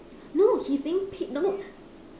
no he's being paid no